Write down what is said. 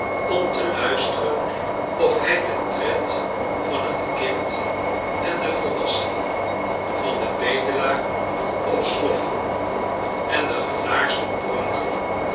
om te luisteren of hij den tred van het kind en den volwassene van den bedelaar op sloffen en den gelaarsden pronker